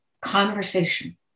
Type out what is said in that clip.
conversation